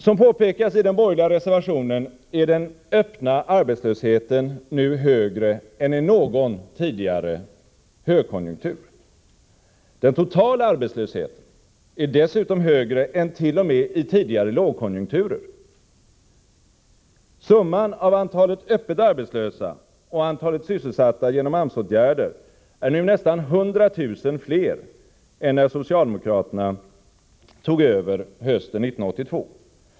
Som påpekas i den borgerliga reservationen är den öppna arbetslösheten nu högre än i någon tidigare högkonjunktur. Den totala arbetslösheten är dessutom högre än t.o.m. i tidigare lågkonjunkturer. Summan av antalet öppet arbetslösa och antalet sysselsatta genom AMS-åtgärder är nu nästan 100 000 fler än när socialdemokraterna tog över hösten 1982.